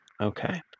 Okay